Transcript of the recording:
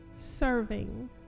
serving